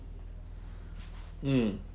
mm